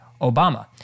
Obama